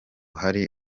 hari